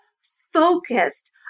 focused